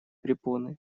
препоны